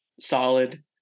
solid